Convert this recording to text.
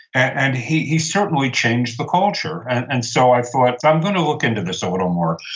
and he he certainly changed the culture. and and so, i thought, i'm going to look into this a little more.